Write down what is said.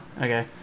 Okay